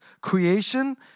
creation